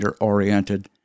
oriented